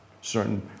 certain